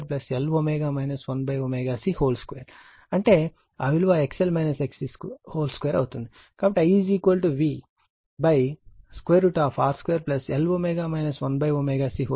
ఇప్పుడు ఇప్పుడు Z R2Lω 1 ωC2 అంటే ఆ విలువ2 అవుతుంది